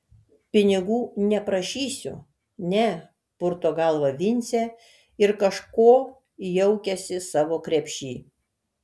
pinigų neprašysiu ne purto galvą vincė ir kažko jaukiasi savo krepšy